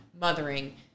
mothering